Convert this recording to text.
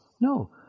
No